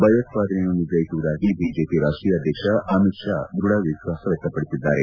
ಭಯೋತ್ಪಾದನೆಯನ್ನು ನಿಗ್ರಹಿಸುವುದಾಗಿ ಬಿಜೆಪಿ ರಾಷ್ಷೀಯ ಅಧ್ಯಕ್ಷ ಅಮಿತ್ ಶಾ ಧೃಡ ವಿಶ್ವಾಸ ವ್ಯಕ್ತಪಡಿಸಿದ್ದಾರೆ